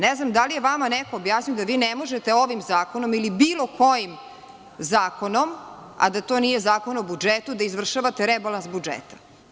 Ne znam da li je vama neko objasnio da vi ne možete ovim zakonom ili bilo kojim zakonom, a da to nije zakon o budžetu, da izvršavate rebalans budžeta.